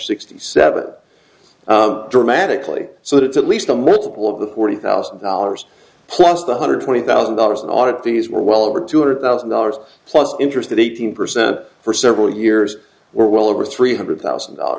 sixty seven dramatically so that it's at least a multiple of the forty thousand dollars plus the hundred twenty thousand dollars and on it these were well over two hundred thousand dollars plus interest of eighteen percent for several years were well over three hundred thousand dollars